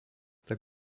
tak